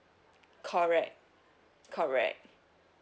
correct correct